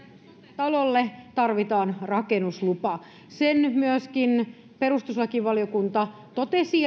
talolle tarvitaan rakennuslupa sen myöskin perustuslakivaliokunta totesi